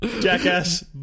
Jackass